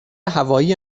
هوایی